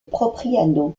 propriano